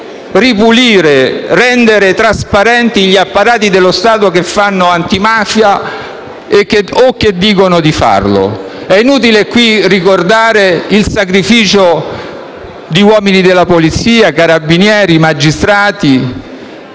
ripulire e rendere trasparenti gli apparati dello Stato che fanno antimafia o che dicono di farlo. È inutile qui ricordare il sacrificio di uomini della polizia, carabinieri e magistrati,